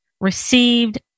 received